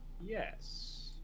yes